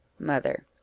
mother.